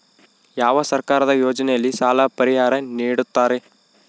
ಯಾವ ಸರ್ಕಾರದ ಯೋಜನೆಯಲ್ಲಿ ಸಾಲ ಪರಿಹಾರ ನೇಡುತ್ತಾರೆ?